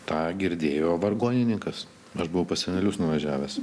tą girdėjo vargonininkas aš buvau pas senelius nuvažiavęs